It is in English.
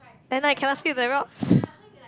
at night cannot sleep with the rocks